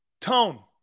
Tone